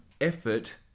effort